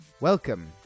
Welcome